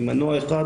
עם מנוע אחד,